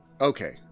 Okay